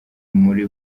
muri